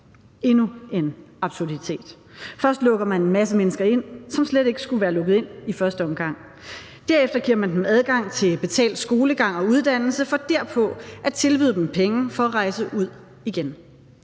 endnu en absurditet. Først lukker man en masse mennesker ind, som slet ikke skulle være lukket ind i første omgang. Derefter giver man dem adgang til betalt skolegang og uddannelse for derpå at tilbyde dem penge for at rejse ud igen.